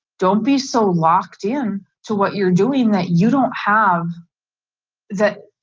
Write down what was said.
don't be so locked in to what you're doing that you don't have that,